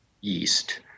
yeast